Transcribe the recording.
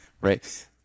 right